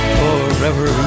forever